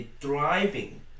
driving